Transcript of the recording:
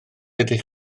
ydych